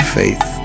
faith